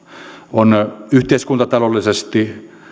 on yhteiskuntataloudellisesti